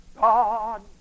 God